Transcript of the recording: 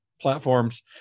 platforms